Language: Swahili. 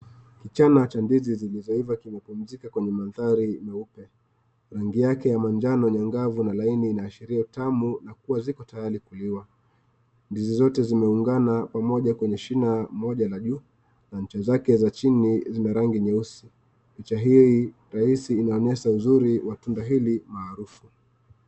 Kichana cha ndizi zilizoiva kimepumzika kwenye mandhari meupe. Rangi yake kijani na angavu inaashiria utamu na ziko tayari kuliwa. Ndizi zote zimeungana pamoja kwenye shine moja ya juu na ncha zake za chini zina rangi nyeusi. Picha hii rahisi inaonyesha uzuri wa tunda hili umaarufu.